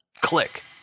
Click